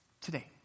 today